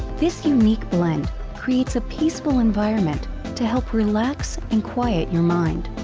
this unique blend creates a peaceful environment to help relax and quiet your mind.